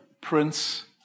prince